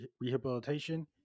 rehabilitation